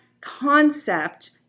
concept